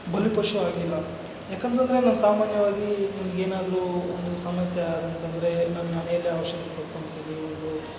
ಬಲಿಪಶು ಆಗಲಿಲ್ಲ ಯಾಕಂತಂದರೆ ನಾ ಸಾಮಾನ್ಯವಾಗೀ ಏನಾದರೂ ಒಂದು ಸಮಸ್ಯೆ ಆದಂತಂದರೆ ನಾನು ಮನೆಯಲ್ಲೇ ಔಷಧಿ ಕೊಟ್ಕೊತೀನೀ